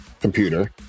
computer